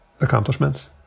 accomplishments